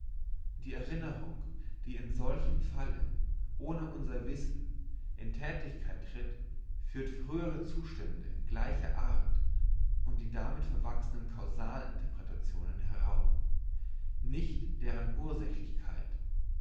die erinnerung die in solchem falle ohne unser wissen in thätigkeit tritt führt frühere zustände gleicher art und die damit verwachsenen causal interpretationen herauf nicht deren